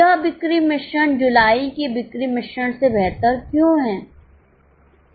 यह बिक्री मिश्रण जुलाई के बिक्री मिश्रण से बेहतर क्यों है